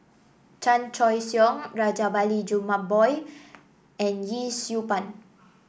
Chan Choy Siong Rajabali Jumabhoy and Yee Siew Pun